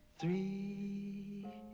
Three